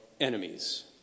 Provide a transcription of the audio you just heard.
enemies